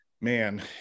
man